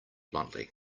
bluntly